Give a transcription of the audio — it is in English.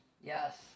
Yes